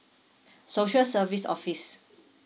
social service office